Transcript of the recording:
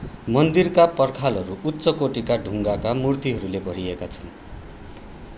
मन्दिरका पर्खालहरू उच्च कोटिका ढुङ्गाका मुर्तिहरूले भरिएका छन्